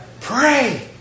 Pray